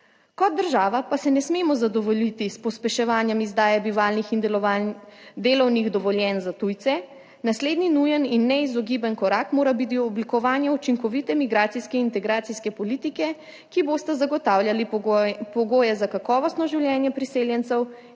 Kot država pa se ne smemo zadovoljiti s pospeševanjem izdaje delovnih dovoljenj za tujce, naslednji nujen in neizogiben korak mora biti oblikovanje učinkovite migracijske, integracijske politike, ki bosta zagotavljali pogoj pogoje za kakovostno življenje priseljencev